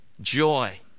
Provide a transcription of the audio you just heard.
Joy